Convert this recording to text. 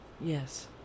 Yes